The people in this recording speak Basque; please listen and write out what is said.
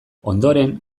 ondoren